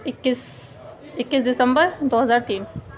اکیس اکیس دسمبر دو ہزار تین